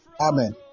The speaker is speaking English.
Amen